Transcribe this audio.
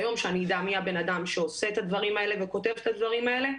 ביום שאני אדע מי הבן אדם שעושה את הדברים האלה וכותב את הדברים האלה,